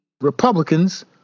Republicans